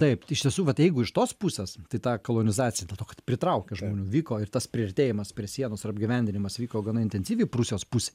taip iš tiesų vat jeigu iš tos pusės tai ta kolonizacija dėl to kad pritraukė žmonių vyko ir tas priartėjimas prie sienos ar apgyvendinimas vyko gana intensyviai prūsijos pusėj